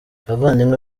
abavandimwe